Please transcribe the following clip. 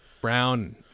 Brown